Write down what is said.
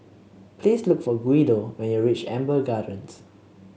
please look for Guido when you reach Amber Gardens